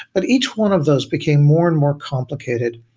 but each one of those became more and more complicated.